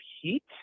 heat